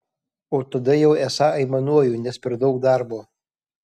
o tada jau esą aimanuoju nes per daug darbo